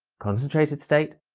concentrated state